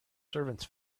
servants